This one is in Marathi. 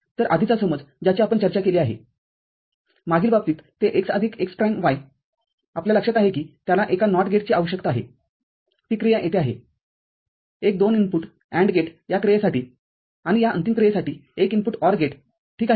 तरआधीचा समज ज्याची आपण चर्चा केली आहे मागील बाबतीत ते x आदिक x प्राईम y आपल्या लक्षात आहे की त्याला एका NOT गेटची आवश्यकता आहेती क्रिया येथे आहेएक दोन इनपुट AND गेट या क्रियेसाठीआणि या अंतिम क्रियेसाठी एक इनपुट OR गेटठीक आहे